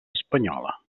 espanyola